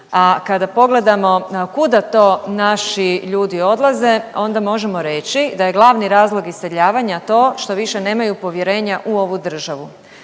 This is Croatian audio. a kada pogledamo kuda to naši ljudi odlaze, onda možemo reći da je glavni razlog iseljavanja to što više nemaju povjerenja u ovu državu.